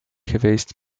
geweest